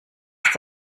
ist